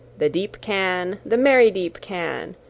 the deep canne, the merry deep canne,